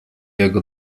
jego